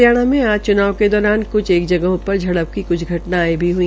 हरियाणा में आज च्नाव के दौरान कुछ जगहों पर झड़प की क्छ घटनायें भी हई